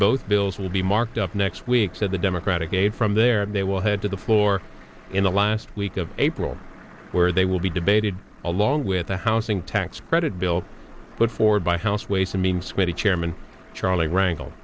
both bills will be marked up next week said the democratic aides from there they will head to the floor in the last week of april where they will be debated along with the housing tax credit bill put forward by house ways and means committee chairman charlie rangle